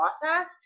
process